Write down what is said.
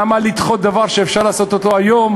למה לדחות דבר שאפשר לעשות היום,